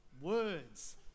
Words